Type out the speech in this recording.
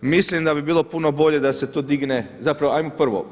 Mislim da bi bilo puno bolje da se to digne, zapravo hajmo prvo.